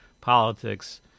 politics